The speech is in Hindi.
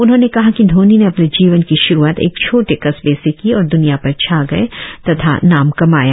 उन्होंने कहा कि धोनी ने अपने जीवन की श्रुआत एक छोटे कस्बे से की और द्रनिया पर छा गए तथा नाम कमाया